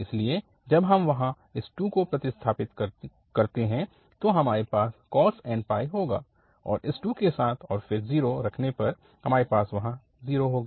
इसलिए जब हम वहां इस 2 को प्रतिस्थापित करते हैं तो हमारे पास cos nπ होगा वहाँ इस 2 के साथ और फिर 0 रखने पर हमारे पास वहाँ 0 होगा